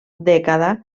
dècada